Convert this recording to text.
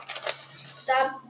stop